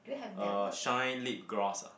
uh shine lip gloss ah